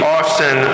often